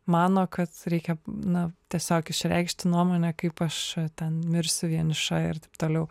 mano kad reikia na tiesiog išreikšti nuomonę kaip aš ten mirsiu vieniša ir taip toliau